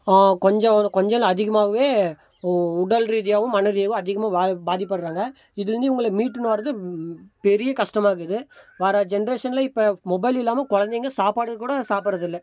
கொஞ்சம் கொஞ்சமில்ல அதிகமாகவே உடல் ரீதியாகவும் மன ரீதியாகவும் அதிகமாக பாதிப்படைகிறாங்க இதுலேருந்து இவங்கள மீட்டுன்னு வரது பெரிய கஷ்டமாருக்குது வர ஜெண்ரேஷனில் இப்போ மொபைல் இல்லாமல் குழந்தைங்க சாப்பாடு கூட சாப்புடறதில்ல